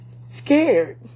scared